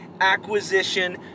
Acquisition